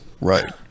Right